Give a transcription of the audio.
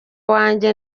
wanjye